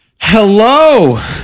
Hello